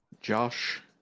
Josh